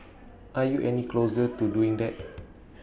are you any closer to doing that